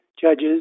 judges